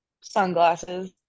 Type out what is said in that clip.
Sunglasses